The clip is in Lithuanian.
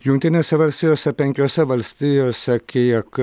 jungtinėse valstijose penkiose valstijose kiek